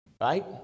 Right